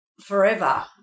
forever